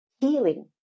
healing